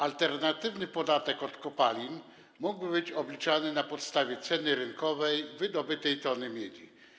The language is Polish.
Alternatywny podatek od kopalin mógłby być obliczany na podstawie ceny rynkowej wydobytej tony miedzi.